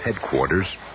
headquarters